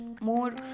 more